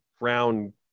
round